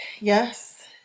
yes